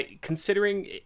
Considering